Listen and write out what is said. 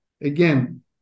Again